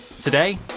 Today